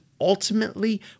ultimately